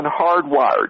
hardwired